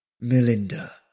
Melinda